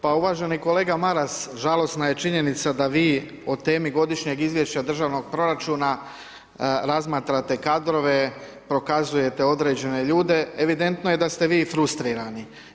Pa uvaženi kolega Maras, žalosna je činjenica da vi o temi godišnjeg Izvješća državnog proračuna razmatrate kadrove, prokazujete određene ljude, evidentno je da ste vi frustrirani.